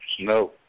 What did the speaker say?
No